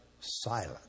silent